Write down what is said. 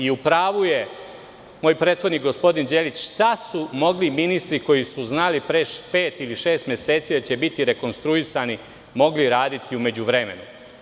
U pravu je moj prethodnik, gospodin Đelić, šta su ministri, koji su znali pre pet ili šest meseci da će biti rekonstruisani, mogli raditi u međuvremenu.